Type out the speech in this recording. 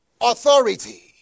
authority